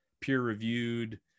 peer-reviewed